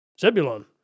Zebulon